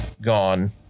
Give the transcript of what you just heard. gone